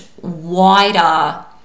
wider